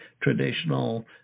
traditional